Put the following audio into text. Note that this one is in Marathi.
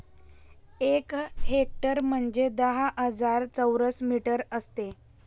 एक हेक्टर म्हणजे दहा हजार चौरस मीटर असते